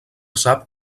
sap